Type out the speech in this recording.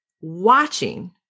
watching